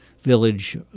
village